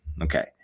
Okay